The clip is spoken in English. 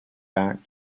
back